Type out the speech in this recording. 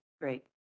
Great